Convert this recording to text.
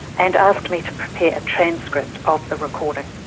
and asked me to prepare a transcript of the recording.